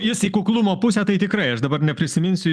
jis į kuklumo pusę tai tikrai aš dabar neprisiminsiu